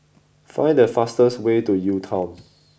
find the fastest way to UTown